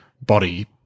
body